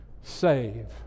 save